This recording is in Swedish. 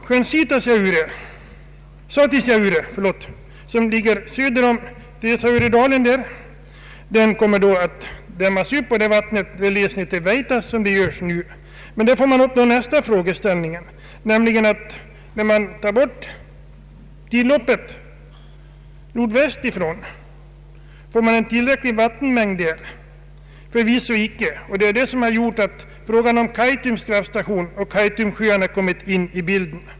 Sjön Satisjaure, som ligger söder om Teusajauredalen, kommer att dämmas upp. Vattnet leds nu till Vietasjåkk. Nästa frågeställning blir då: När man tar bort tilloppet nordväst ifrån, får man då en tillräcklig vattenmängd i Satisjaure? Förvisso icke. Det har gjort att frågan om Kaitums kraftstation och Kaitumsjöarna kommit in i bilden.